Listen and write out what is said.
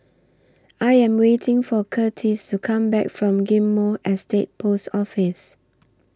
I Am waiting For Curtiss to Come Back from Ghim Moh Estate Post Office